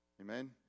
Amen